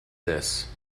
this